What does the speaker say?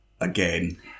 again